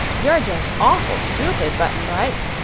you're just awful stupid, button-bright,